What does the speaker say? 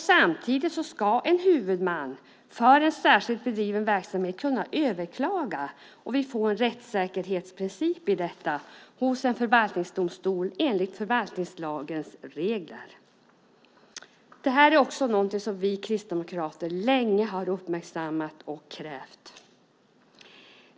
Samtidigt ska en huvudman för en särskilt bedriven verksamhet kunna överklaga hos en förvaltningsdomstol enligt förvaltningslagens regler, så att vi får en rättssäkerhetsprincip i detta. Det här är också någonting som vi kristdemokrater länge har uppmärksammat och krävt.